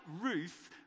Ruth